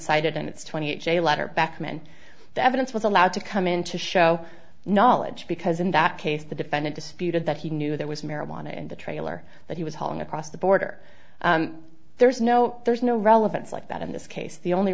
cited in its twenty eight day letter back when the evidence was allowed to come into show knowledge because in that case the defendant disputed that he knew there was marijuana in the trailer that he was hauling across the border there's no there's no relevance like that in this case the only